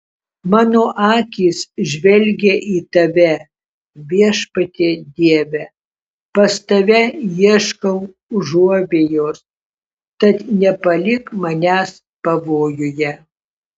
mano akys žvelgia į tave viešpatie dieve pas tave ieškau užuovėjos tad nepalik manęs pavojuje